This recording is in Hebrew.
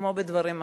כמו בדברים אחרים?